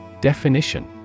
Definition